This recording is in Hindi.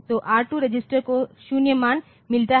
तो R2 रजिस्टर को 0 मान मिलता है